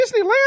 Disneyland